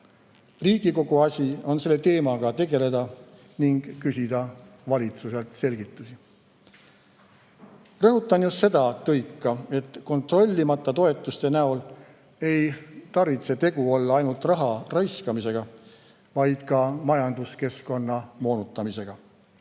Riigikogu asi on selle teemaga tegeleda ning küsida valitsuselt selgitusi. Rõhutan just seda tõika, et kontrollimata toetuste näol ei tarvitse olla tegu ainult raha raiskamisega, vaid ka majanduskeskkonna moonutamisega.